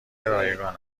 رایگان